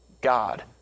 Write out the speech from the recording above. God